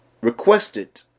requested